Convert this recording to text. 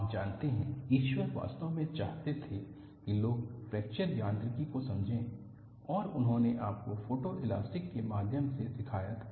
आप जानते हैं ईश्वर वास्तव में चाहते थे कि लोग फ्रैक्चर यांत्रिकी को समझें और उन्होंने आपको फोटोएलास्टिक के माध्यम से सिखाया था